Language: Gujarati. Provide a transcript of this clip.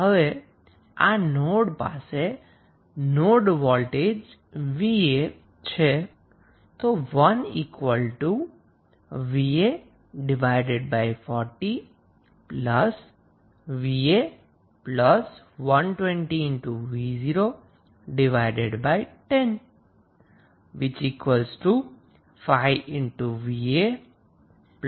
હવે આ નોડ પાસે node voltage 𝑣𝑎 1 va40 va 120v010 ⇒ 40 5va 480v0 દ્વારા આપી શકાય છે